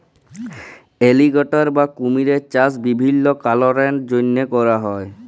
alligator বা কুমিরের চাষ বিভিল্ল্য কারলের জ্যনহে ক্যরা হ্যয়